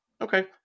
Okay